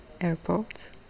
Airport